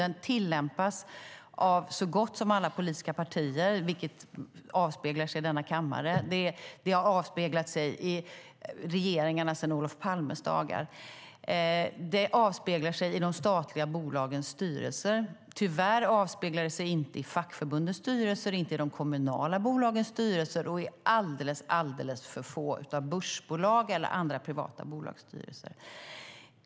Den tillämpas av så gott som alla politiska partier, vilket avspeglar sig i denna kammare. Det har avspeglat sig i regeringarna sedan Olof Palmes dagar. Det avspeglar sig i de statliga bolagens styrelser. Tyvärr avspeglar det sig inte fackförbundens styrelser, inte i de kommunala bolagens styrelser och i alldeles för få av börsbolagens och andra privata bolags styrelser.